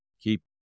keep